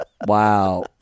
Wow